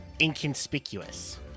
inconspicuous